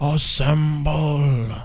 Assemble